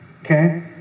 Okay